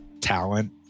talent